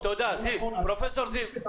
טוב, תודה, פרופ' זיו.